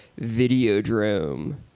Videodrome